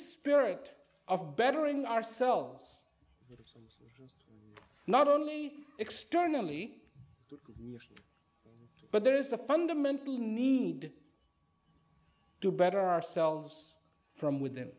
spirit of bettering ourselves not only externally but there is a fundamental need to better ourselves from within